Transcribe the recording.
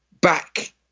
back